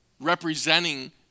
representing